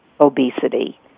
obesity